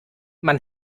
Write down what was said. man